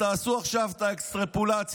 תעשו עכשיו את האקסטרפולציה,